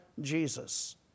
Jesus